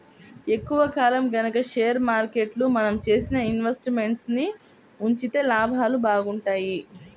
ఎక్కువ కాలం గనక షేర్ మార్కెట్లో మనం చేసిన ఇన్వెస్ట్ మెంట్స్ ని ఉంచితే లాభాలు బాగుంటాయి